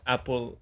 Apple